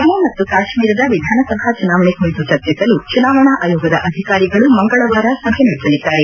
ಜಮ್ನು ಮತ್ತು ಕಾಶ್ನೀರದ ವಿಧಾನಸಭಾ ಚುನಾವಣೆ ಕುರಿತು ಚರ್ಚಿಸಲು ಚುನಾವಣಾ ಆಯೋಗದ ಅಧಿಕಾರಿಗಳು ಮಂಗಳವಾರ ಸಭೆ ನಡೆಸಲಿದ್ದಾರೆ